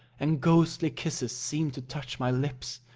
and ghostly kisses seem to touch my lips,